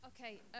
Okay